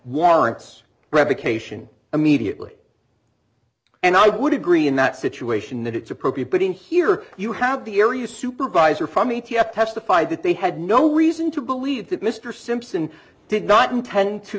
warrants revocation immediately and i would agree in that situation it's appropriate but here you have the area supervisor from e t f testified that they had no reason to believe that mr simpson did not intend to